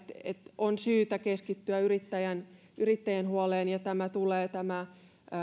että on syytä keskittyä yrittäjien yrittäjien huoleen ja tämä